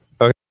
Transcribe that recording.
okay